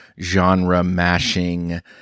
genre-mashing